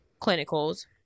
clinicals